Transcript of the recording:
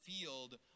field